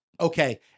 Okay